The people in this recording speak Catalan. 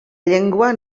llengua